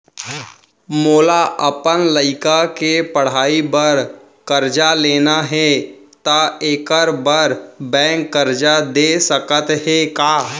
मोला अपन लइका के पढ़ई बर करजा लेना हे, त एखर बार बैंक करजा दे सकत हे का?